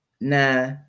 nah